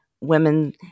women